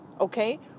Okay